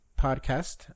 Podcast